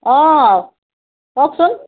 অঁ কওকচোন